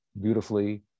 beautifully